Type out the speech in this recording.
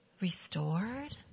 restored